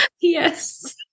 Yes